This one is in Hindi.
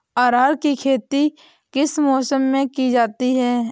अरहर की खेती किस मौसम में की जाती है?